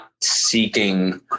seeking